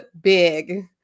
big